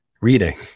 reading